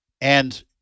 and-